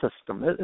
system